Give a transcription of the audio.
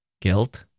Guilt